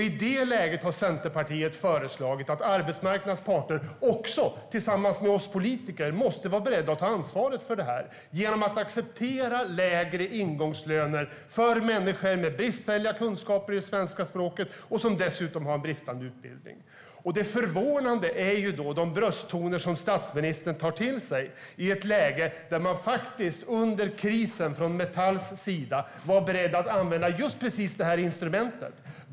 I det läget har Centerpartiet föreslagit att arbetsmarknadens parter, tillsammans med oss politiker, måste vara beredda att ta ansvaret för det här genom att acceptera lägre ingångslöner för människor med bristfälliga kunskaper i svenska språket som dessutom har bristande utbildning. Det förvånande är de brösttoner som statsministern tar till i detta läge, när man från Metalls sida under krisen faktiskt var beredd att använda just precis det här instrumentet.